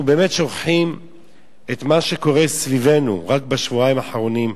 אנחנו באמת שוכחים את מה שקורה סביבנו רק בשבועיים האחרונים,